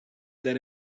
that